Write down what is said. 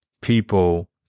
people